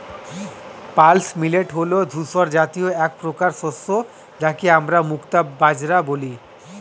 pearl millet হল ধূসর জাতীয় একপ্রকার শস্য যাকে আমরা মুক্তা বাজরা বলি